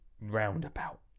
roundabout